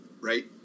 right